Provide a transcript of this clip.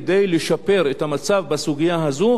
כדי לשפר את המצב בסוגיה הזאת,